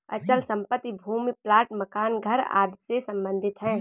अचल संपत्ति भूमि प्लाट मकान घर आदि से सम्बंधित है